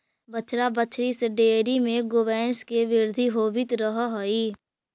बछड़ा बछड़ी से डेयरी में गौवंश के वृद्धि होवित रह हइ